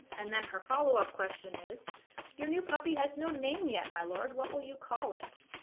and then her follow-up question is your new puppy has no name yet my lord what will you call it